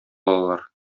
алалар